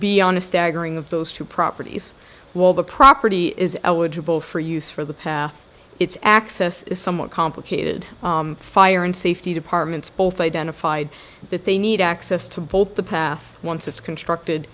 be on a staggering of those two properties while the property is eligible for use for the path it's access is somewhat complicated fire and safety departments both identified that they need access to both the path once it's constructed